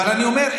אבל אני אומר,